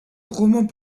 romans